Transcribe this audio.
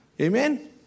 Amen